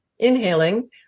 inhaling